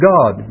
God